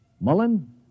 Mullen